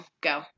go